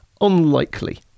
unlikely